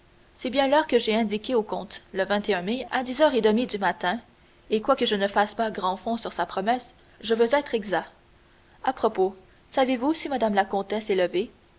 c'est bien l'heure que j'ai indiquée au comte le mai à dix heures et demie du matin et quoique je ne fasse pas grand fond sur sa promesse je veux être exact à propos savez-vous si mme la comtesse est levée